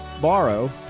borrow